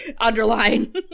underline